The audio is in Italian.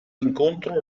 incontro